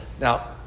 Now